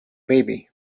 baby